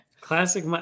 Classic